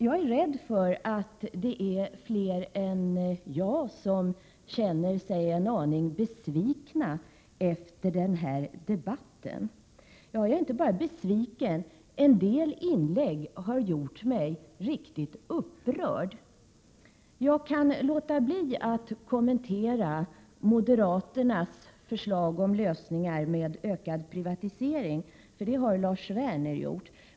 Jag är rädd för att det är fler än jag som känner sig en aning besvikna efter den här debatten. Jag är inte bara besviken. En del inlägg har gjort mig riktigt upprörd. Jag kan låta bli att kommentera moderaternas förslag till lösningar genom ökad privatisering, för det har Lars Werner gjort.